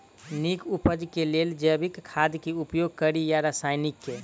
नीक उपज केँ लेल जैविक खाद केँ उपयोग कड़ी या रासायनिक केँ?